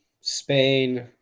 spain